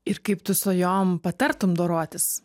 ir kaip tu su jom patartum dorotis